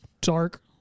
dark